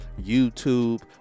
YouTube